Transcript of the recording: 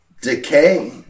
Decay